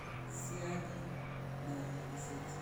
Siagi na aliseti.